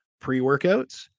pre-workouts